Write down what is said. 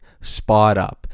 spot-up